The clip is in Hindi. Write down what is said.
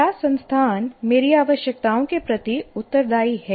क्या संस्थान मेरी आवश्यकताओं के प्रति उत्तरदायी है